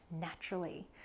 naturally